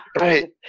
right